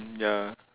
ya